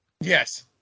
Yes